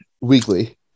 weekly